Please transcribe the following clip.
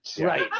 Right